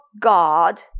God